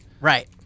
Right